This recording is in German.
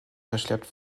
verschleppt